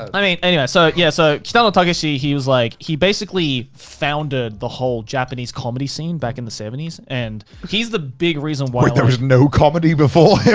i mean, anyway, so yeah. so kitano takeshi, he was like, he basically founded the whole japanese comedy scene back in the seventies. and he's the big reason why wait, there was no comedy before him?